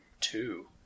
two